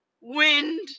Wind